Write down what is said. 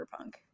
cyberpunk